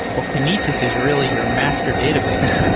well, kinesis is really your master database.